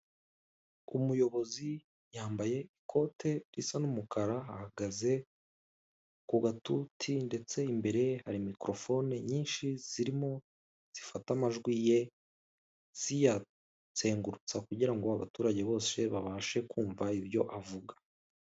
Umuyobozi yambaye ikote risa n'umukara, ahagaze ku gatuti, ndetse imbere ye hari mikorofone nyinshi zirimo zifata amajwi ye. Ziyazengurutsa kugirango abaturage bose, babashe kumva ibyo avuga.